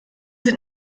sind